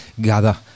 gather